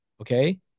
okay